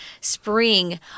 spring